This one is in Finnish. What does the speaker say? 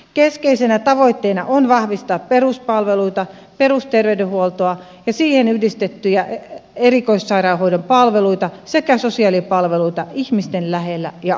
keskeisenä tavoitteena on vahvistaa peruspalveluita perusterveydenhuoltoa ja siihen yhdistettyjä erikoissairaanhoidon palveluita sekä sosiaalipalveluita ihmisten lähellä ja arjessa